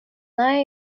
nej